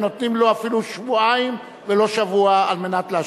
ונותנים לו אפילו שבועיים ולא שבוע כדי להשיב.